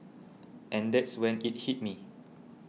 and that's when it hit me